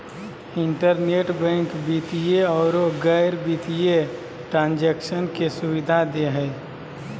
internet bank वित्तीय औरो गैर वित्तीय ट्रांन्जेक्शन के सुबिधा दे हइ